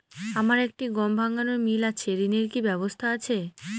আমার একটি গম ভাঙানোর মিল আছে ঋণের কি ব্যবস্থা আছে?